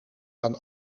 dan